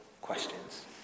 questions